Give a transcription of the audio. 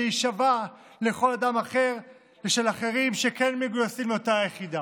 שהיא שווה לכל אדם אחר ולאחרים שכן מגויסים לאותה יחידה,